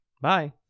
Bye